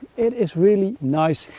it is really nice,